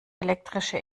elektrische